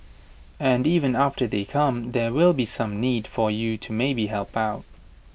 and even after they come there will be some need for you to maybe help out